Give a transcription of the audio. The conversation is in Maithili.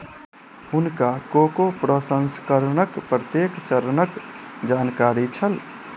हुनका कोको प्रसंस्करणक प्रत्येक चरणक जानकारी छल